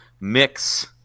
mix